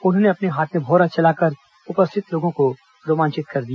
उन्होंने अपने हाथ में भौंरा चलाकर उपस्थित लोगों को रोमांचित भी किया